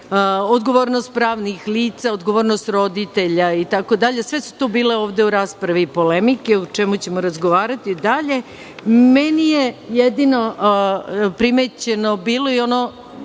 odgovornost pravnih lica, odgovornost roditelja, itd, sve su to bile ovde u raspravi polemike, o čemu ćemo razgovarati dalje. Meni je jedino primećeno bilo, i ono